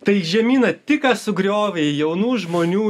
tai žemyna tik ką sugriovė jaunų žmonių